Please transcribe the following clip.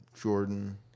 jordan